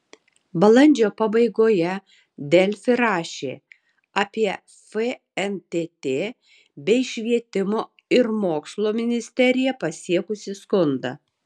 balandžio pabaigoje delfi rašė apie fntt bei švietimo ir mokslo ministeriją pasiekusį skundą